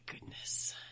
goodness